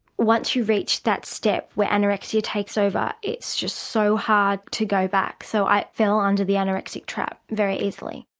once you reach that stage where anorexia takes over it's just so hard to go back, so i fell under the anorexic trap very easily.